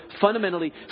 fundamentally